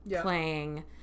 playing